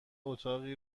اتاقی